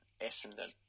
Essendon